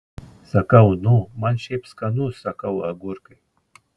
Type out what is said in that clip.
sakau nu man šiaip skanu sakau agurkai